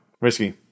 Risky